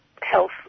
health